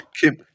Kim